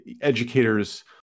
educators